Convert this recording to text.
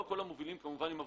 לא כל המובילים הם עבריינים.